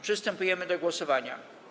Przystępujemy do głosowania.